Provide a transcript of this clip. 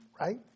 right